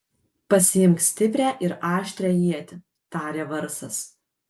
pasiimk stiprią ir aštrią ietį tarė varsas